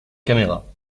caméras